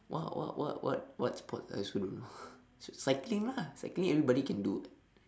what what what what what sports I also don't know cycling lah cycling everybody can do [what]